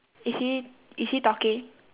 is he is he talking